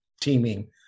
teaming